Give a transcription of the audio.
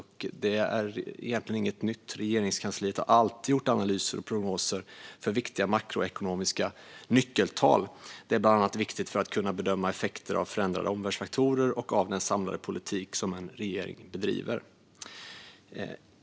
Det är egentligen inget nytt - Regeringskansliet har alltid gjort analyser och prognoser för viktiga makroekonomiska nyckeltal. Detta är bland annat viktigt för att kunna bedöma effekter av förändrade omvärldsfaktorer och av den samlade politik som en regering bedriver.